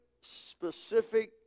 specific